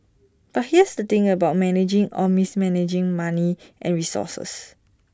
but here's the thing about managing or mismanaging money and resources